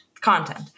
content